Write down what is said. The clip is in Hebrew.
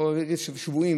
שלא להגיד שבויים,